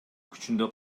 күчүндө